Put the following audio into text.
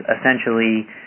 essentially